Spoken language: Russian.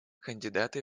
кандидаты